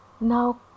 Now